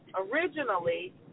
originally